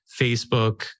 Facebook